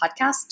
podcast